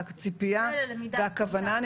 הכוונה היא,